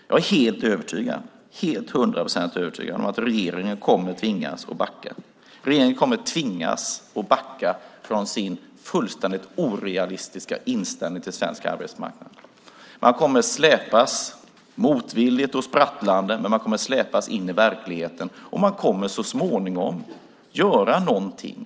Jag är helt övertygad, hundraprocentigt, om att regeringen kommer att tvingas att backa, att backa från sin fullständigt orealistiska inställning till svensk arbetsmarknad. Man kommer att släpas, motvilligt och sprattlande, in i verkligheten. Man kommer så småningom att göra någonting.